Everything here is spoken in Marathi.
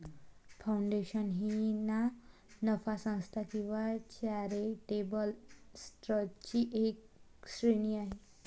फाउंडेशन ही ना नफा संस्था किंवा चॅरिटेबल ट्रस्टची एक श्रेणी आहे